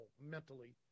mentally